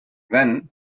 when